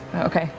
okay.